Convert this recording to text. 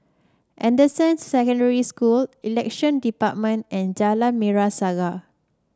Anderson Secondary School Election Department and Jalan Merah Saga